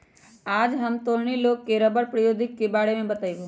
आज हम तोहनी लोग के रबड़ प्रौद्योगिकी के बारे में बतईबो